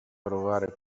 provare